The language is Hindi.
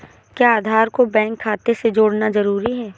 क्या आधार को बैंक खाते से जोड़ना जरूरी है?